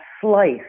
slice